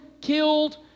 killed